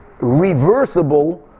reversible